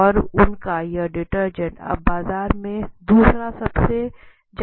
और उनका यह डिटर्जेंट अब बाजार में दूसरा सबसे ज्यादा बिकने डिटर्जेंट है